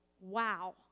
wow